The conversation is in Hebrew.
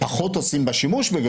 פחות עושים בה שימוש.